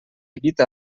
evita